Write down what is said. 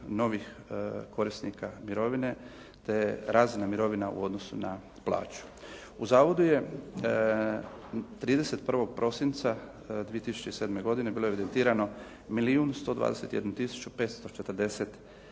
novih korisnika mirovine, te razina mirovina u odnosu na plaću. U zavodu je 31. prosinca 2007. godine bilo evidentirano milijun